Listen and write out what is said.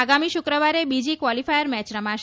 આગામી શુક્રવારે બીજી ક્વાલીફાયર મેચ રમાશે